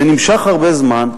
זה נמשך הרבה זמן,